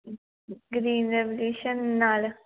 green revolution ਨਾਲ